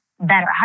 better